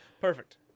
perfect